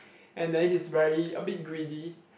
and then he's very a bit greedy